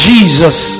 Jesus